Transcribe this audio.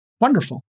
Wonderful